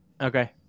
Okay